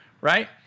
right